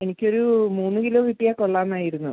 എനിക്കൊരു മൂന്ന് കിലോ കിട്ടിയാൽ കൊള്ളാമായിരുന്നു